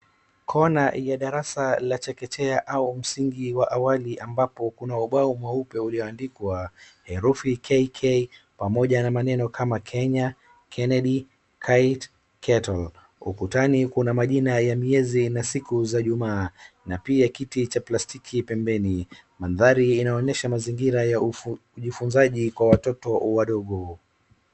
Kona ya darasa la chekechea au msingi wa awali ambapo kuna ubao mweupe ulioandikwa herufi KK pamoja na maneno kama Kenya, Kennedy, kite, kettle . Ukutani kuna majina ya miezi na siku za jumaa na pia kiti cha plastiki pembeni, mandhari inaonyesha mazingira ya ujifunzaji kwa watoto wadogo.